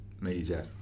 major